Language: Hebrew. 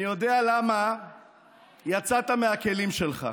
אני יודע למה יצאת מהכלים שלך.